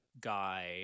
guy